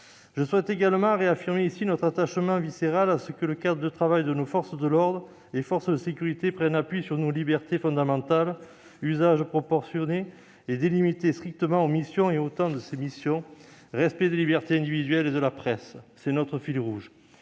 adéquats. Je réaffirme ici notre attachement viscéral à ce que le cadre de travail de nos forces de l'ordre et forces de sécurité prenne appui sur nos libertés fondamentales : usage proportionné et délimité strictement aux missions et aux temps de ces missions, respect des libertés individuelles et de la presse. C'est notre fil rouge.